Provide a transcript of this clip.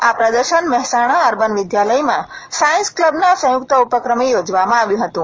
આ પ્રદર્શન મહેસાણા અર્બન વિદ્યાલયમાં સાયન્સ ક્લબના સંયુક્ત ઉપક્રમે યોજવામાં આવ્યું હતું